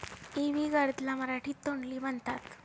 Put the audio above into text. इवी गर्द ला मराठीत तोंडली म्हणतात